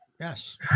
Yes